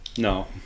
No